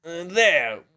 There